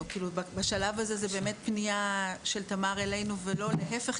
בשלב הזה זו פנייה של תמר אלינו ולא להפך,